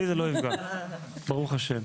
בי זה לא יפגע, ברוך השם.